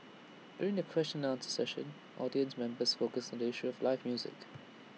during the question and answer session audience members focused the issue of live music